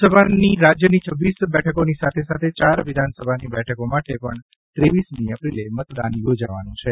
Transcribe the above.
લોકસભાની રાજ્યની છવ્વીસ બેઠકોની સાથે સાથે ચાર વિધાનસભાની બેઠકો માટે પણ ત્રેવીસમી એપ્રિલે મતદાન યોજાવાનું છે